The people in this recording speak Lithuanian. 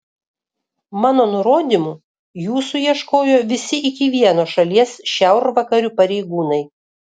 mano nurodymu jūsų ieškojo visi iki vieno šalies šiaurvakarių pareigūnai